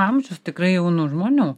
amžius tikrai jaunų žmonių